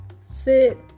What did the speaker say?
sit